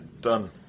done